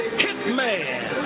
hitman